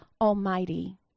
Almighty